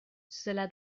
cela